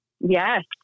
Yes